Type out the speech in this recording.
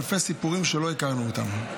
אלפי סיפורים שלא הכרנו אותם.